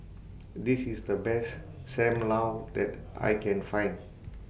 This IS The Best SAM Lau that I Can Find